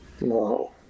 No